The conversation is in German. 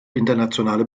internationale